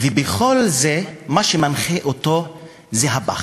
ופתאום עושים U-turn, חוזרים